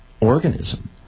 organism